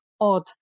odd